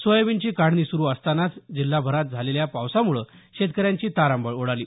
सोयाबीनची काढणी सुरु असतानाच जिल्हाभरात झालेल्या पावसामुळे शेतकऱ्यांची तारांबळ उडाली